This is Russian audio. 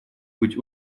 быть